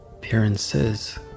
appearances